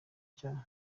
ibyaha